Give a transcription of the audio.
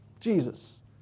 Jesus